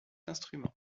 instrument